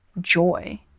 joy